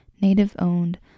native-owned